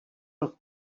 rok